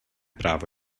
právo